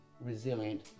resilient